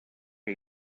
que